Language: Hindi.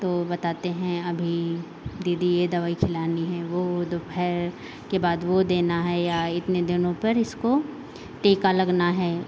तो बताते हैं अभी दीदी ये दवाई खिलानी है वो दोपहर के बाद वो देना है या इतने दिनों पर इसको टीका लगना है